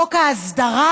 חוק ההסדרה,